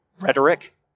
rhetoric